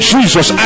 Jesus